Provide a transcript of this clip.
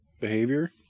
behavior